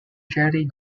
jerry